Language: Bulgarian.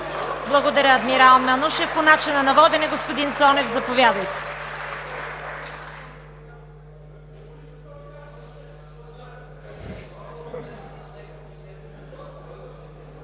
Благодаря, адмирал Манушев. По начина на водене – господин Цонев, заповядайте.